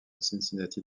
cincinnati